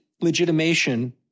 legitimation